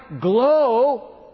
Glow